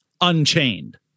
Unchained